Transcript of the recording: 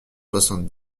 soixante